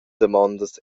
damondas